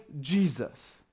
Jesus